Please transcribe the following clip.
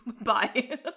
Bye